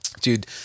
dude